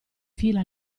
fila